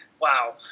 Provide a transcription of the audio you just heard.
Wow